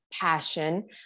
passion